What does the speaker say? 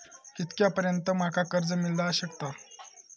कितक्या पर्यंत माका कर्ज मिला शकता?